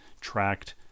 tracked